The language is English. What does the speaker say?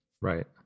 Right